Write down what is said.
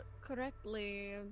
correctly